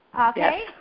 Okay